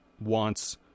wants